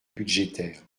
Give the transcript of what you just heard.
budgétaire